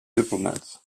diplomats